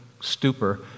stupor